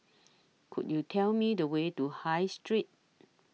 Could YOU Tell Me The Way to High Street